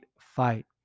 fight